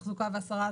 תחזוקה והסרה,